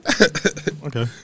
Okay